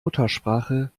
muttersprache